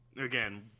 again